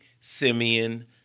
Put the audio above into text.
Simeon